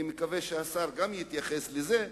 אני מקווה שהשר יתייחס גם לזה,